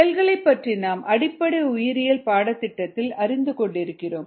செல்களை பற்றி நாம் அடிப்படை உயிரியல் பாடத்திட்டத்தில் அறிந்து கொண்டிருக்கிறோம்